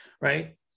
right